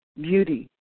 beauty